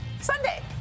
Sunday